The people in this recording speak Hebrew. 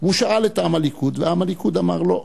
הוא שאל את עם הליכוד, ועם הליכוד אמר: לא.